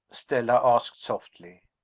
stella asked softly.